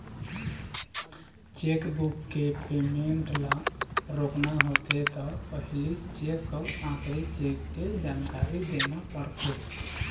chequebook के payment ल रोकना होथे त पहिली चेक अउ आखरी चेक के जानकारी देना परथे